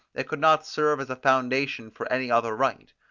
it could not serve as a foundation for any other right,